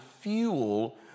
fuel